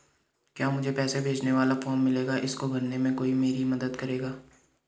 क्या मुझे पैसे भेजने वाला फॉर्म मिलेगा इसको भरने में कोई मेरी मदद करेगा?